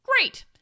Great